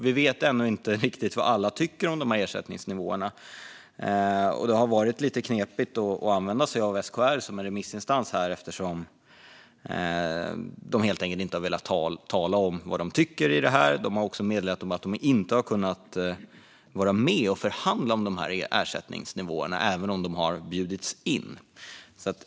Vi vet ännu inte riktigt vad alla tycker om ersättningsnivåerna, och det har varit lite knepigt att använda sig av SKR som remissinstans eftersom de helt enkelt inte har velat tala om vad de tycker. De har också meddelat att de inte har kunnat vara med och förhandla om ersättningsnivåerna, även om de har bjudits in.